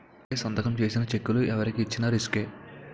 ముందే సంతకం చేసిన చెక్కులు ఎవరికి ఇచ్చిన రిసుకే